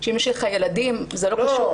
שאם יש לך ילדים זה לא קשור,